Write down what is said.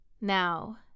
Now